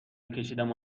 میکشیدم